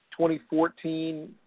2014